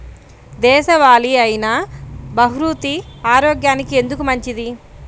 దేశవాలి అయినా బహ్రూతి ఆరోగ్యానికి ఎందుకు మంచిది?